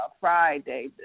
Friday